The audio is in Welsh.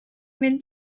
mynd